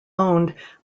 owned